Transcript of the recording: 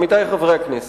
עמיתי חברי הכנסת,